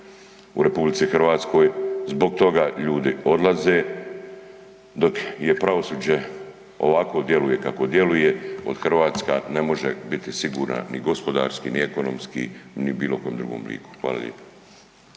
u RH. Zbog toga ljudi odlaze, dok je pravosuđe, ovako djeluje kako djeluje, od Hrvatska ne može biti sigurna ni gospodarski ni ekonomski ni bilo kojem drugom obliku. Hvala lijepo.